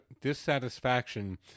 dissatisfaction